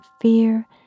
fear